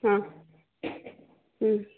ಹಾಂ ಹ್ಞೂ